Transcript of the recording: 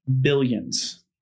billions